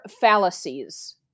fallacies